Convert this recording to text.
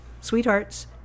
Sweethearts